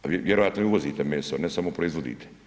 Vi vjerojatno i uvozite meso, ne samo proizvodite.